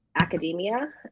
academia